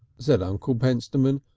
said uncle pentstemon,